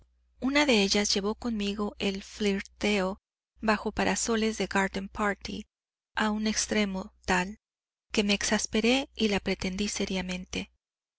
una de ellas llevó conmigo el flirteo bajo parasoles de garden party a un extremo tal que me exasperé y la pretendí seriamente